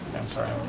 i'm sorry,